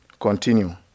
continue